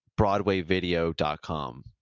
broadwayvideo.com